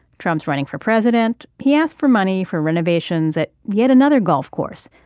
trump's running for president. he asked for money for renovations at yet another golf course.